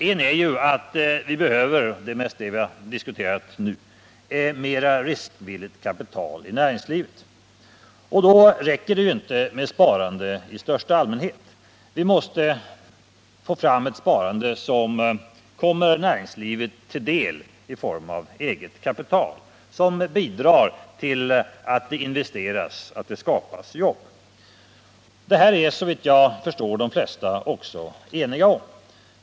En är att vi behöver — det är mest det vi har diskuterat nu — mera riskvilligt kapital i näringslivet. Då räcker det inte med sparande i största allmänhet. Vi måste få fram ett sparande som kommer näringslivet till del i form av eget kapital, som bidrar till att det investeras och skapas jobb. Det här är såvitt jag förstår de flesta också eniga om.